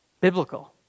biblical